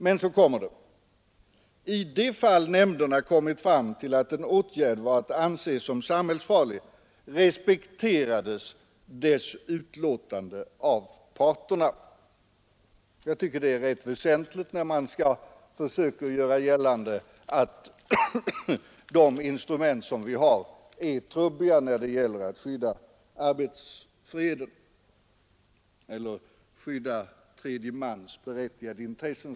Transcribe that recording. Men så kommer det: ”I de fall nämnderna kommit fram till att en åtgärd var att anse som samhällsfarlig respekterades dess utlåtande av parterna.” Detta konstaterande är rätt väsentligt när man försöker göra gällande att de instrument som vi har är trubbiga när det gäller att skydda tredje mans berättigade intressen.